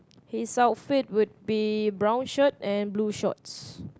his outfit would be brown shirt and blue shorts